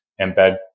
embed